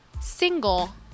single